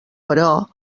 però